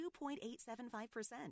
2.875%